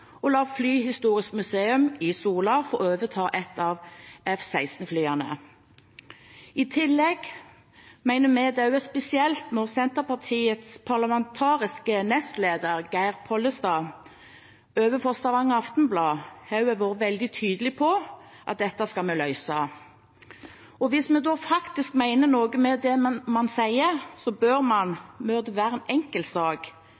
og la Flyhistorisk Museum Sola få overta et av F-16-flyene. Vi mener det er spesielt også ut fra at Senterpartiets parlamentariske nestleder, Geir Pollestad, overfor Stavanger Aftenblad har vært veldig tydelig på at dette skal vi løse. Hvis man mener noe med det man sier, bør